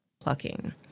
plucking